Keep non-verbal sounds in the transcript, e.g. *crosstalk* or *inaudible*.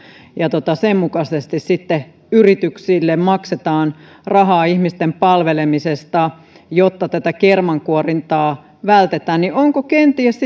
ja sen mukaisesti sitten yrityksille maksetaan rahaa ihmisten palvelemisesta jotta tätä kermankuorintaa vältetään onko kenties *unintelligible*